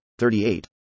38